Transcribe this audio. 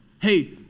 Hey